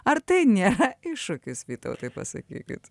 ar tai nėra iššūkis vytautai pasakykit